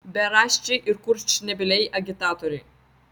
beraščiai ir kurčnebyliai agitatoriai